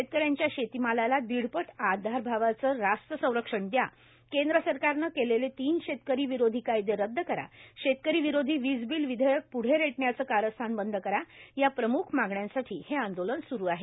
शेतकऱ्यांच्या शेतीमालाला दीडपट आधारभावाचं रास्त संरक्षण द्या केंद्र सरकारनं केलेले तीन शेतकरी विरोधी कायदे रद्द करा शेतकरी विरोधी वीजबिल विधेयक प्ढे रेटण्याचं कारस्थान बंद करा या प्रम्ख मागण्यांसाठी हे आंदोलन स्रु आहे